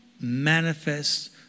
manifest